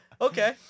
Okay